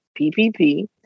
PPP